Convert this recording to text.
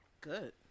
Good